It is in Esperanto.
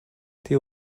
tiu